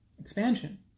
expansion